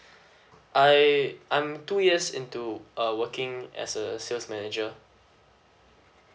I I'm two years into uh working as a sales manager